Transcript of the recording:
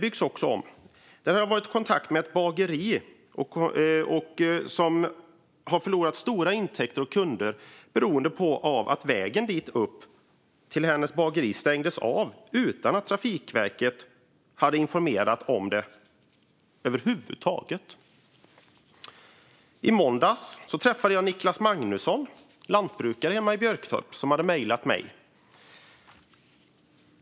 Jag har varit i kontakt med ett bageri som har förlorat stora intäkter och många kunder på grund av att vägen till bageriet stängts av utan att Trafikverket har informerat om detta över huvud taget. I måndags träffade jag Niclas Magnusson som är lantbrukare hemma i Björketorp. Han hade mejlat till mig.